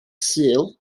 sul